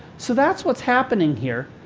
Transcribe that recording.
so that's what's happening here.